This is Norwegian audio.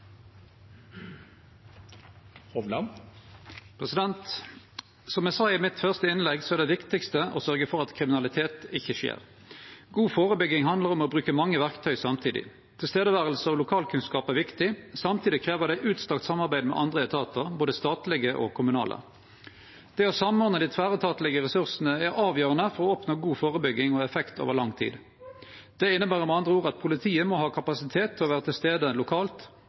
det viktigaste å sørgje for at kriminalitet ikkje skjer. God førebygging handlar om å bruke mange verktøy samtidig. Å vere til stades og å ha lokalkunnskap er viktig. Samtidig krev det utstrekt samarbeid med andre etatar, både statlege og kommunale. Det å samordne dei tverretatlege ressursane er avgjerande for å oppnå god førebygging og effekt over lang tid. Det inneber med andre ord at politiet må ha kapasitet til å vere til stades lokalt,